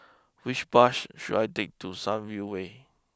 which bus should I take to Sunview way